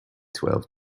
twelve